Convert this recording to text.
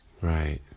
Right